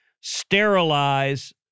sterilize